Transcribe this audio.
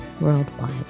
worldwide